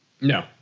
No